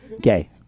Gay